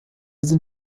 sind